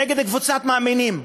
נגד קבוצת מאמינים.